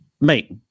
Mate